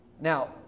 Now